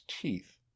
teeth